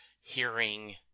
hearing